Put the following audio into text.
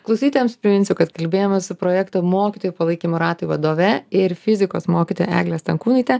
klausytojams priminsiu kad kalbėjomės su projekto mokytojų palaikymo ratai vadove ir fizikos mokytoja egle stankūnaite